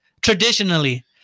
traditionally